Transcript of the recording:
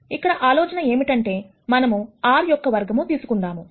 ఇక్కడ ఆలోచన ఏమిటంటే మనము R యొక్క వర్గం తీసుకుందాము